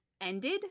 ended